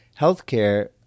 healthcare